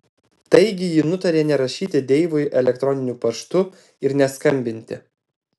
taigi ji nutarė nerašyti deivui elektroniniu paštu ir neskambinti